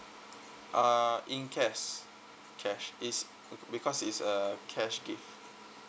uh in cas~ cash is because it's a cash gift